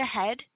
ahead